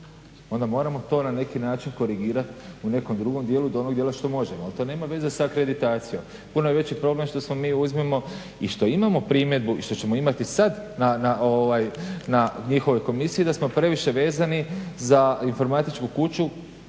onda moramo to na neki način korigirati u nekom drugom dijelu do onog dijela što možemo ali to nema veze sa akreditacijom. Puno je veći problem što smo mi uzmimo i što imamo primjedbu i što ćemo imati sada na njihovoj komisiji da smo previše vezani za informatičku kuću